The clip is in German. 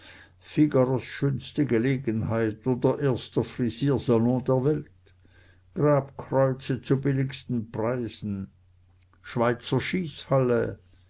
figaros schönste gelegenheit oder erster frisier salon der welt grabkreuze zu billigsten preisen schweizer schießhalle